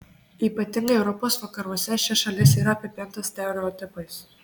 ypatingai europos vakaruose ši šalis yra apipinta stereotipais